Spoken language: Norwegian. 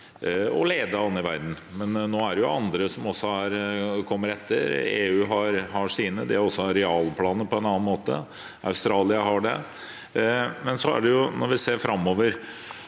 og ledet an i verden, men nå er det andre som også kommer etter. EU har sine. De har også arealplaner på en annen måte. Australia har det. Når vi ser framover,